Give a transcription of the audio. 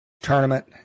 tournament